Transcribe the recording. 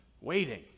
waiting